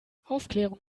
aufklärung